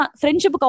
friendship